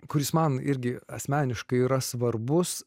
kuris man irgi asmeniškai yra svarbus